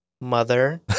mother